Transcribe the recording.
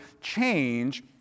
change